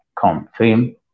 confirm